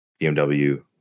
BMW